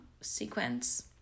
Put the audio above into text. sequence